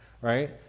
right